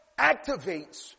activates